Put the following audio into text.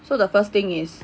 so the first thing is